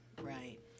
right